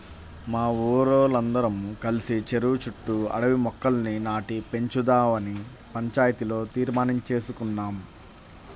మా ఊరోల్లందరం కలిసి చెరువు చుట్టూ అడవి మొక్కల్ని నాటి పెంచుదావని పంచాయతీలో తీర్మానించేసుకున్నాం